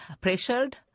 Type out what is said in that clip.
pressured